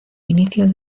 inicio